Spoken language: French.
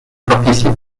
participe